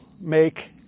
make